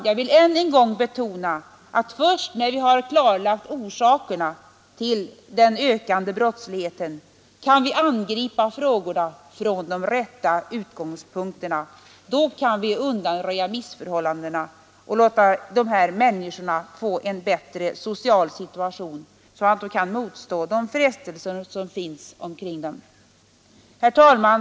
Jag vill än en gång betona att först när vi har klarlagt orsakerna till den ökande brottsligheten kan vi angripa frågorna från de rätta utgångspunkterna, undanröja missförhållandena och låta dessa människor få en bättre social situation, så att de kan motstå de frestelser som finns omkring dem. Herr talman!